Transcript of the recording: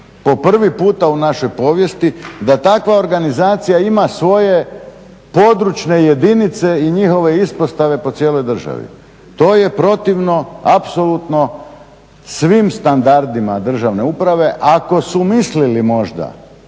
po prvi puta u našoj povijesti da takva organizacija ima svoje područne jedinice i njihove ispostave po cijeloj državi. To je protivno apsolutno svim standardima državne uprave. Ako su mislili možda